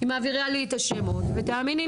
אין מצ'ינג --- אין בזה מצ'ינג.